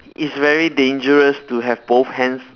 it's very dangerous to have both hands